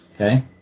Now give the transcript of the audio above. Okay